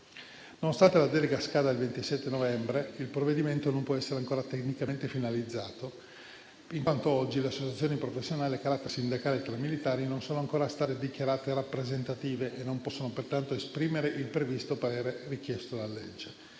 Nonostante la delega scada il 27 novembre, il provvedimento non può essere ancora tecnicamente finalizzato in quanto oggi le associazioni professionali a carattere sindacale tra militari non sono ancora state dichiarate rappresentative e non possono pertanto esprimere il previsto parere richiesto dalla legge.